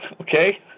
Okay